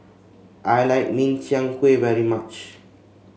I like Min Chiang Kueh very much